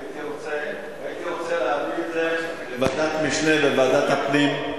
הייתי רוצה להביא את זה לוועדת משנה של ועדת הפנים.